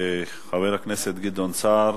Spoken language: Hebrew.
חבר הכנסת גדעון סער,